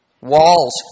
walls